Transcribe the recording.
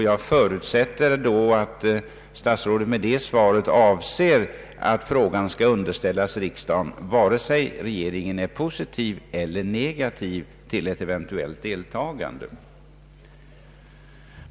Jag förutsätter att statsrådet med det svaret avser att frågan skall underställas riksdagen, vare sig regeringen är positiv eller negativ till ett eventuellt deltagande.